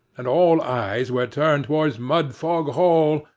and all eyes were turned towards mudfog hall,